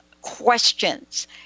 questions